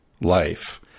life